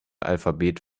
alphabet